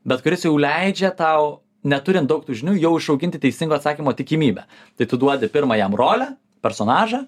bet kuris jau leidžia tau neturint daug tų žinių jau išauginti teisingo atsakymo tikimybę tai tu duodi pirma jam rolę personažą